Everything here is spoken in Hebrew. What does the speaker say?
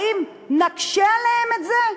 האם נקשה עליהם את זה?